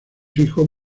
hijos